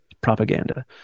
propaganda